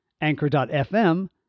anchor.fm